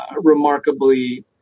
remarkably